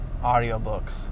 audiobooks